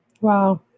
Wow